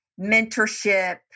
mentorship